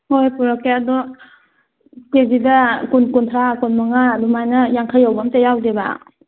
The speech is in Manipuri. ꯍꯣꯏ ꯄꯨꯔꯛꯀꯦ ꯑꯗꯣ ꯀꯦ ꯖꯤꯗ ꯀꯨꯟ ꯀꯨꯟꯊ꯭ꯔꯥ ꯀꯨꯟ ꯃꯪꯉꯥ ꯑꯗꯨꯃꯥꯏꯅ ꯌꯥꯡꯈꯩ ꯌꯧꯕ ꯑꯝꯇ ꯌꯥꯎꯗꯦꯕ